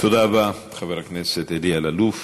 תודה רבה, חבר הכנסת אלי אלאלוף.